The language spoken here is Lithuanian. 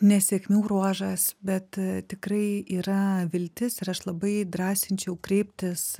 nesėkmių ruožas bet tikrai yra viltis ir aš labai drąsinčiau kreiptis